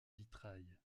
vitrail